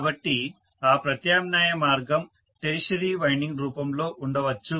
కాబట్టి ఆ ప్రత్యామ్నాయ మార్గం టెర్షియరీ వైండింగ్ రూపంలో ఉండవచ్చు